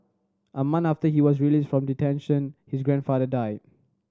a month after he was released from detention his grandfather died